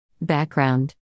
Background